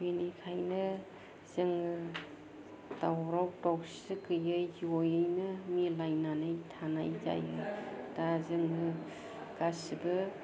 बेनिखायनो जोङो दावराव दावसि गैयि जयैनो मिलायनानै थानाय जायो द' जोङो गासिबो